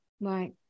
Right